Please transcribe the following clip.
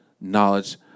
knowledge